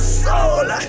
soul